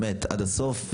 באמת עד הסוף.